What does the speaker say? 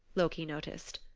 loki noticed.